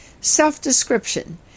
Self-Description